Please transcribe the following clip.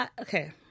okay